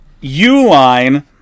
U-line